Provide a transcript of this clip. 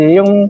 Yung